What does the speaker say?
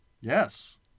Yes